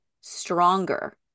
stronger